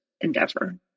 endeavor